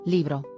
Libro